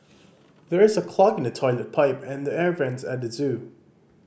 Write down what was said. there is a clog in the toilet pipe and the air vents at the zoo